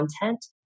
content